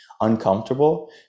uncomfortable